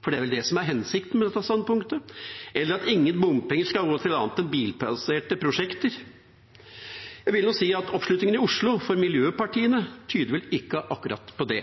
For det er vel det som er hensikten med dette standpunktet? Eller at ingen bompenger skal gå til annet enn bilpasserte prosjekter? Jeg vil nå si at oppslutningen i Oslo for miljøpartiene tyder vel ikke akkurat på det.